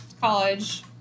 college